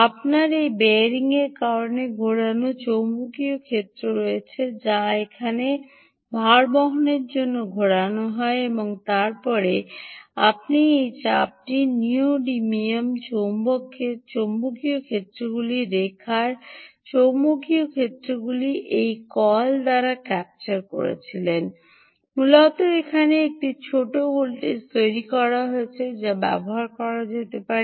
আপনার এই বেয়ারিংয়ের কারণে ঘোরানো চৌম্বকীয় ক্ষেত্র রয়েছে যা এখানে ভারবহন ঘোরানো হয় এবং তারপরে আপনি এই চাপটি নওডিয়ামিয়াম চৌম্বকগুলি চৌম্বকীয় ক্ষেত্রগুলির রেখার চৌম্বকীয় ক্ষেত্রগুলি এই কয়েল দ্বারা ক্যাপচার করেছিলেন এবং মূলত এখানে একটি ছোট ভোল্টেজ তৈরি করা হয়েছে যা ব্যবহার করা যেতে পারে